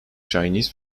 chinese